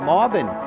Marvin